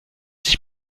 sich